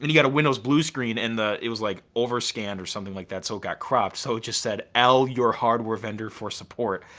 and he got a windows blue screen and it was like overscanned or something like that, so it got cropped. so it just said, l your hardware vendor for support.